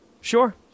Sure